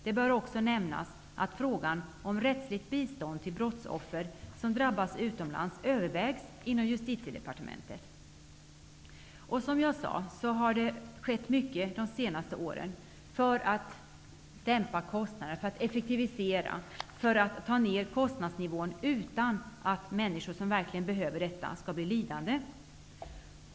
Det bör också nämnas att frågan om rättsligt bistånd till brottsoffer som drabbats utomlands övervägs inom Som jag tidigare sade har det skett mycket under de senaste åren för att effektivisera verksamheten och dämpa kostnaderna utan att de människor som verkligen behöver denna hjälp skall bli lidande.